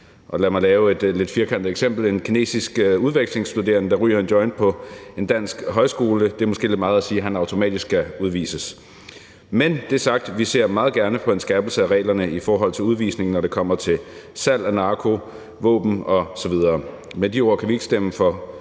lad mig komme med et lidt firkantet eksempel med en kinesisk udvekslingsstuderende, der ryger en joint, på en dansk højskole; det er måske lidt meget at sige, at han automatisk skal udvises. Men når det er sagt, ser vi meget gerne på en skærpelse af reglerne i forhold til udvisning, når det kommer til salg af narko, våben osv. Med de ord kan vi ikke stemme for